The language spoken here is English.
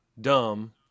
dumb